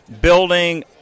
building